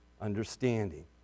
understanding